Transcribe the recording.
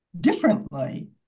differently